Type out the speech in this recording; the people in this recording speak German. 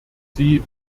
sie